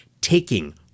taking